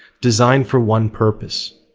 designed for one purpose,